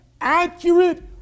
accurate